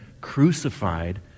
crucified